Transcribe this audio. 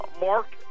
Mark